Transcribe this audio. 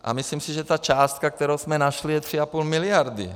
A myslím si, že ta částka, kterou jsme našli, je 3,5 miliardy.